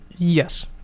Yes